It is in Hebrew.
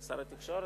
שר התקשורת?